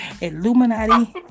Illuminati